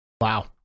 Wow